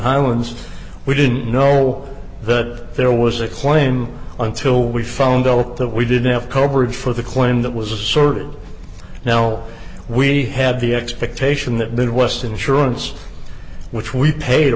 highlands we didn't know that there was a claim on till we found out that we didn't have coverage for the claim that was asserted now we had the expectation that midwest insurance which we paid a